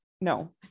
No